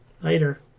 later